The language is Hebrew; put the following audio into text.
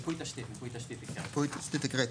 מיפוי תשתית הקראתי.